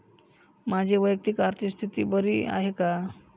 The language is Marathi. माझी वैयक्तिक आर्थिक स्थिती बरी आहे का?